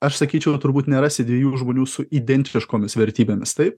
aš sakyčiau turbūt nerasi dviejų žmonių su identiškomis vertybėmis tai